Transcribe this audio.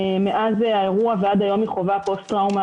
מאז האירוע ועד היום היא חווה פוסט טראומה